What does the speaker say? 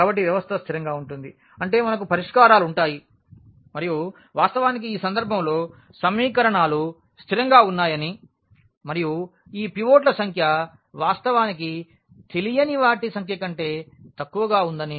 కాబట్టి వ్యవస్థ స్థిరంగా ఉంటుంది అంటే మనకు పరిష్కారాలు ఉంటాయి మరియు వాస్తవానికి ఈ సందర్భంలో సమీకరణాలు స్థిరంగా ఉన్నాయని మరియు ఈ పివోట్ల సంఖ్య వాస్తవానికి తెలియని వాటి సంఖ్య కంటే తక్కువగా ఉందని మేము చూశాము